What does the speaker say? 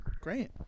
Great